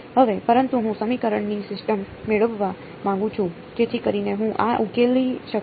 હવે પરંતુ હું સમીકરણની સિસ્ટમ મેળવવા માંગુ છું જેથી કરીને હું આ ઉકેલી શકું